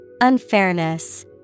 Unfairness